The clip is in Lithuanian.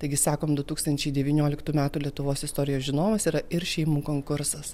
taigi sakom du tūkstančiai devynioliktų metų lietuvos istorijos žinovas yra ir šeimų konkursas